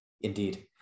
Indeed